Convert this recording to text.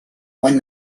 when